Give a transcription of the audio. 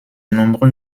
nombreux